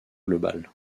globale